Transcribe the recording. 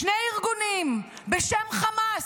שני ארגונים, בשם חמאס,